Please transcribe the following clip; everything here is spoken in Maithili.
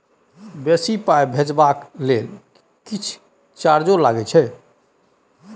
बेसी पाई भेजबाक लेल किछ चार्जो लागे छै?